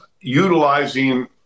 utilizing